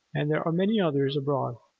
and there are many others abroad.